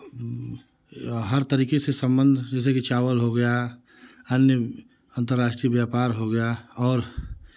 हर तरीके से संबंध जैसे कि चवाल हो गया अन्य अंतर्राष्ट्रीय व्यापार हो गया और